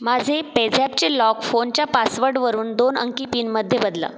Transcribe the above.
माझे पेझॅपचे लॉक फोनच्या पासवर्डवरून दोन अंकी पिनमध्ये बदला